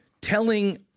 telling